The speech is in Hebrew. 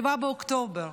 7 באוקטובר,